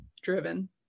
Driven